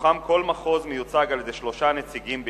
ומתוכם כל מחוז מיוצג על-ידי שלושה נציגים בלבד,